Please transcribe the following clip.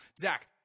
zach